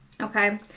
Okay